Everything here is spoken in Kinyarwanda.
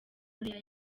korea